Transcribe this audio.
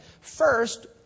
First